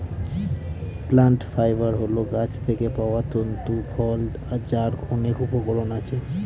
plant fibre হল গাছ থেকে পাওয়া তন্তু ফল যার অনেক উপকরণ আছে